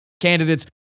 candidates